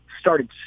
started